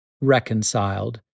reconciled